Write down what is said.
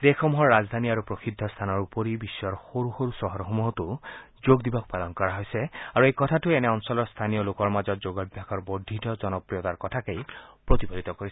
দেশসমূহৰ ৰাজধানী আৰু প্ৰসিদ্ধ স্থানৰ উপৰি বিশ্বৰ সৰু সৰু চহৰসমূহতো যোগ দিৱস পালন কৰা হৈছে আৰু এই কথাটোৱে এনে অঞ্চলৰ স্থানীয় লোকৰ মাজত যোগাভ্যাসৰ বৰ্ধিত জনপ্ৰিয়তাৰ কথাকে প্ৰতিফলিত কৰিছে